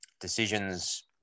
decisions